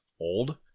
old